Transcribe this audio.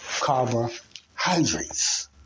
carbohydrates